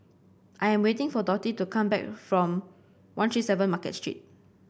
I am waiting for Dottie to come back from One Three Seven Market Street